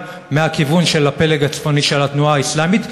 מהכיוון של הפלג הצפוני של התנועה האסלאמית.